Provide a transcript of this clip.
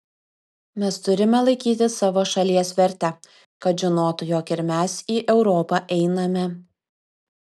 mes turime laikyti savo šalies vertę kad žinotų jog ir mes į europą einame